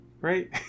right